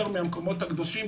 יותר מהמקומות הקדושים.